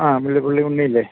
അ മിള്ളിപിള്ളി ഉണ്ണിയില്ലേ